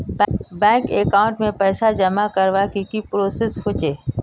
Bank account में पैसा जमा करवार की की प्रोसेस होचे?